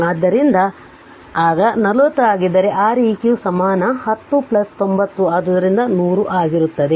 ಆದ್ದರಿಂದ ಆಗ 40 ಆಗಿದ್ದರೆ R eq ಸಮಾನ 10 90 ಆದ್ದರಿಂದ 100Ω ಆಗಿರುತ್ತದೆ